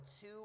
two